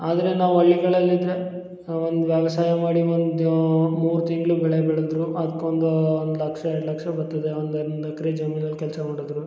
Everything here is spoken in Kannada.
ಆದರೆ ನಾವು ಹಳ್ಳಿಗಳಲ್ಲಿದ್ರೆ ಒಂದು ವ್ಯವಸಾಯ ಮಾಡಿ ಒಂದು ಮೂರು ತಿಂಗಳು ಬೆಳೆ ಬೆಳೆದರು ಅದ್ಕೊಂದೂ ಒಂದು ಲಕ್ಷ ಎರಡು ಲಕ್ಷ ಬತ್ತದೆ ಒಂದು ಒಂದು ಎಕ್ಕರೆ ಜಮೀನಲ್ಲಿ ಕೆಲಸ ಮಾಡಿದ್ರು